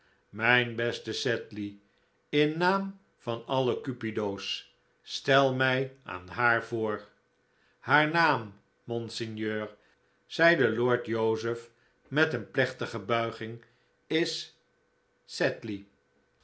mijn beste sedley in naam van alle cupido's stel mij aan haar voor haar naam monseigneur zeide lord joseph met een plechtige buiging is